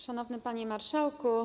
Szanowny Panie Marszałku!